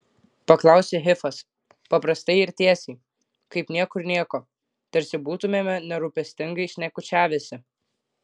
paklausė hifas paprastai ir tiesiai kaip niekur nieko tarsi būtumėme nerūpestingai šnekučiavęsi